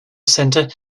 center